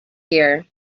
gear